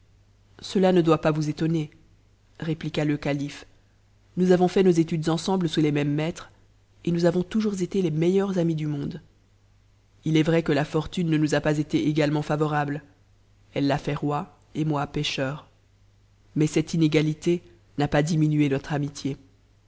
ceia ne doit pas vous étonner répliqua le calife nous avo fait nos études ensemble sous les mêmes maîtres et nous avons toujours été les meilleurs amis du monde il est vrai que la fortune ne nous a pas été également favorable elle l'a fait roi et moi pêcheur mais cette inp lité n'a pas diminué notre amitié